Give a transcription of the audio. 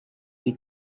die